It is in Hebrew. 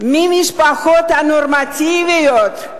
מהמשפחות הנורמטיביות,